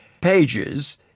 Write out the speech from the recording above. pages